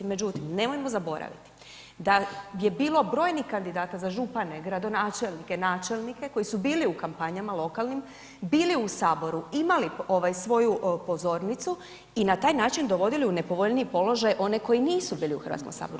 Međutim, nemojmo zaboraviti da je bilo brojnih kandidata za župane, gradonačelnike, načelnike koji su bili u kampanjama lokalnim, bili u saboru, imali ovaj svoju pozornicu i na taj način dovodili u nepovoljniji položaj one koji nisu bili u Hrvatskom saboru.